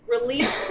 release